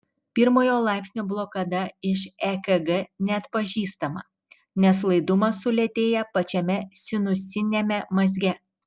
pirmojo laipsnio blokada iš ekg neatpažįstama nes laidumas sulėtėja pačiame sinusiniame mazge